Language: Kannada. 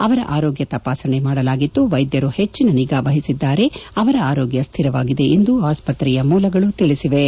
ಅವರ ಆರೋಗ್ಯ ತಪಾಸಣೆ ಮಾಡಲಾಗಿದ್ದು ವೈದ್ಯರು ಹೆಚ್ಚಿನ ನಿಗಾ ವಹಿಸಿದ್ದಾರೆ ಅವರ ಆರೋಗ್ಯ ಶ್ಥಿರವಾಗಿದೆ ಎಂದು ಆಸ್ವತ್ರೆಯ ಮೂಲಗಳು ತಿಳಿಸಿವೆ